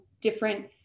different